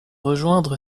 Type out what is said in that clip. rejoindre